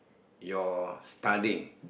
your studying